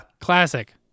Classic